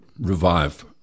revive